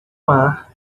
mar